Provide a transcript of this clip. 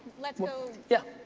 let's go yeah.